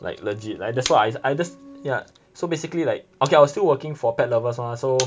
like legit like that's what I I that's yeah so basically like okay I was still working for Pet Lovers mah so